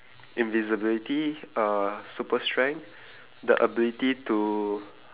invisibility uh super strength the ability to